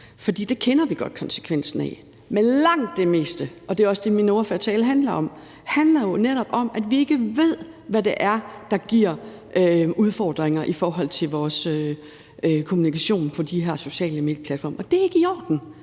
for det kender vi godt konsekvensen af. Men langt det meste – og det er også det, min ordførertale handler om – handler jo netop om, at vi ikke ved, hvad det er, der giver udfordringer i forhold til vores kommunikation på de her sociale medier-platforme, og det er ikke i orden.